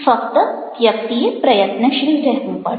ફક્ત વ્યક્તિએ પ્રયત્નશીલ રહેવું પડે